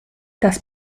das